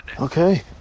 Okay